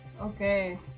Okay